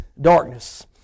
darkness